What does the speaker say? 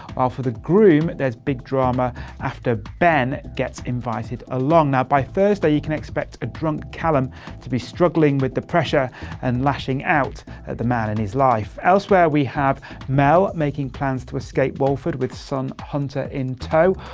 while for the groom, there's big drama after ben gets invited along. ah by thursday, you can expect a drunk callum to be struggling with the pressure and lashing out at the man in his life. elsewhere, we have mel making plans to escape walford with son hunter in tow.